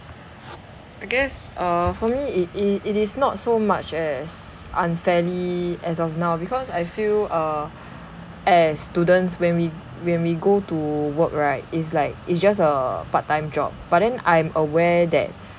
I guess err for me it i~ it is not so much as unfairly as of now because I feel uh as students when we when we go to work right it's like it's just a part time job but then I'm aware that